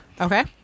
Okay